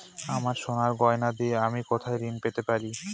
আমার সোনার গয়নার দিয়ে আমি কোথায় ঋণ পেতে পারি?